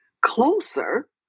closer